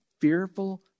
fearful